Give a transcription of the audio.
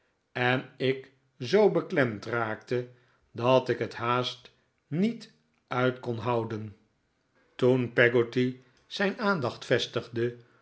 en ik zoo beklemd raakte dat ik het haast niet uit kon houden peggotty heeft trouwplannen toen peggotty zijn aandacht vestigde